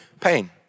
pain